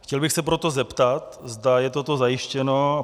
Chtěl bych se proto zeptat, zda je toto zajištěno.